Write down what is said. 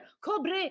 cobre